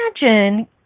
imagine